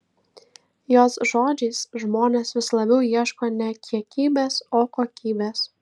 jos žodžiais žmonės vis labiau ieško ne kiekybės o kokybės